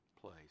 place